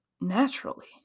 naturally